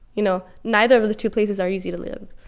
you know, neither of of the two places are easy to live.